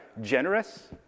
generous